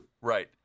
Right